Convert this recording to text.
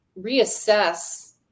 reassess